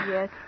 Yes